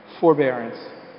forbearance